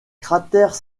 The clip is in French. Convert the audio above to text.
cratères